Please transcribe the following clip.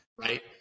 Right